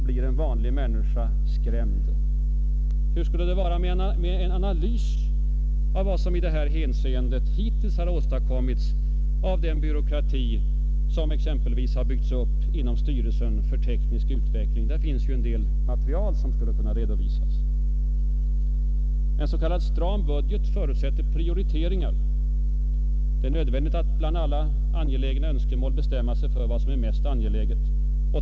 Hur skulle det vara med en analys av vad som i detta hänseende hittills har åstadkommits av den byråkrati, som exempelvis har byggts upp inom Styrelsen för teknisk utveckling? Där finns ju en del material som skulle kunna redovisas. En s.k. stram budget förutsätter prioriteringar. Det är nödvändigt att bland alla angelägna önskemål bestämma sig för det som är mest angeläget.